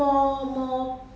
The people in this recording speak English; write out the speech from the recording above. uh